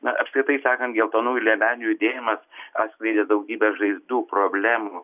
na apskritai sakant geltonųjų liemenių judėjimas atskleidė daugybę žaizdų problemų